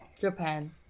Japan